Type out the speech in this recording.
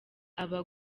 aba